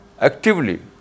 actively